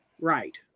right